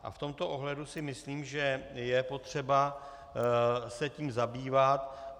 V tomto ohledu si myslím, že je potřeba se tím zabývat.